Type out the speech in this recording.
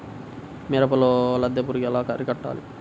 మిరపలో లద్దె పురుగు ఎలా అరికట్టాలి?